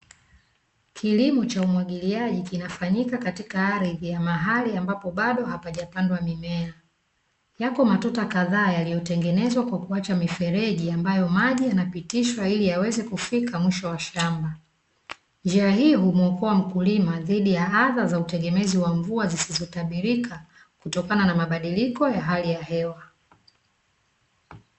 Kilimo cha umwagiliaji kinafanyiika kwenye ardhi ya mahali ambapo bado hapajapandwa mimea. Yapo matuta kadhaa yaliyotengenzwa kwa kuacha mifereji, ambayo maji yanapitishwa ili yaweze kufika mwisho wa shamba. Njia hii humwokoa mkulima dhidi ya adha ya utegemezi wa mvua zisizotabirika kuendana na mabadiliko ya hali ya hewa.